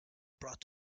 brought